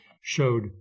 showed